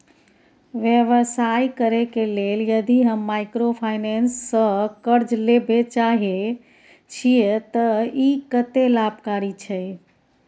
व्यवसाय करे के लेल यदि हम माइक्रोफाइनेंस स कर्ज लेबे चाहे छिये त इ कत्ते लाभकारी छै?